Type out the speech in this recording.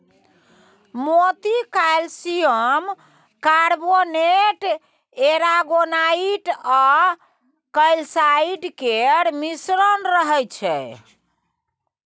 मोती calcium carbonate, aragonite आ calcite केर मिश्रण रहय छै